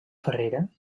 ferrera